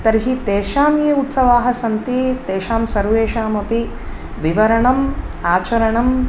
तर्हि तेषां ये उत्सवाः सन्ति तेषां सर्वेषामपि विवरणम् आचरणं